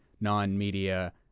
non-media